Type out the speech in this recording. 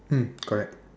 mm correct